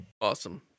Awesome